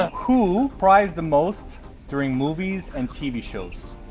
who cries the most during movies and tv shows?